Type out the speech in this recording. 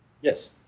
Yes